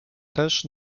też